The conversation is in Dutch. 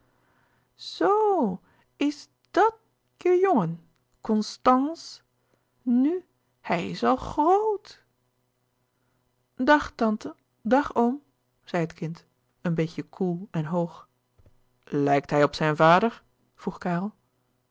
zo is d at je jongen constànce nu hij is al grot dag tante dag oom zei het kind een beetje koel en hoog lijkt hij op zijn vader vroeg